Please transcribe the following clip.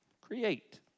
create